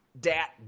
dat